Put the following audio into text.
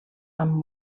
amb